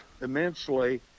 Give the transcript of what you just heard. immensely